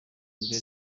mbere